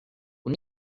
who